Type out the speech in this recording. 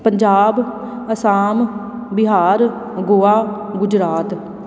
Punjab Assam Bihar Goa Gujarat